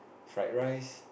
fried rice